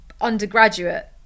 undergraduate